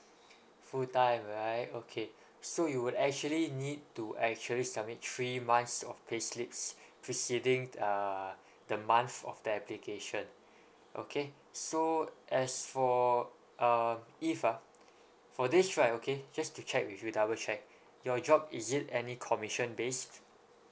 full time right okay so you would actually need to actually submit three months of payslips preceding uh the month of the application okay so as for uh if ah for this right okay just to check with you double check your job is it any commission based